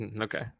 Okay